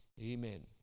Amen